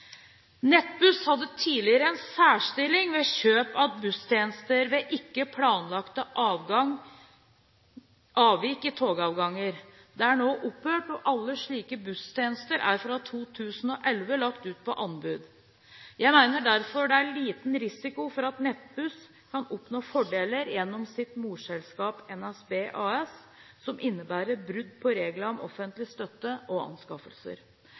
Nettbuss. Nettbuss hadde tidligere en særstilling ved kjøp av busstjenester ved ikke planlagte avvik i toggangen. Dette har nå opphørt, og alle slike busstjenester er fra 2011 lagt ut på anbud. Jeg mener derfor at det er liten risiko for at Nettbuss kan oppnå fordeler gjennom sitt morselskap NSB AS som innebærer brudd på reglene om offentlig støtte og anskaffelser.